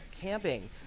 camping